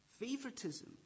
Favoritism